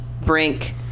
Brink